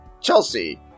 Chelsea